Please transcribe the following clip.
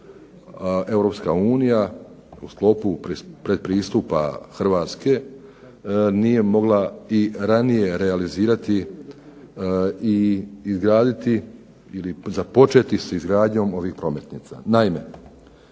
Europska unija u sklopu pretpristupa Hrvatske, nije mogla ranije realizirati i izgraditi ili započeti s izgradnjom ovih prometnica.